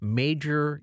major